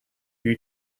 you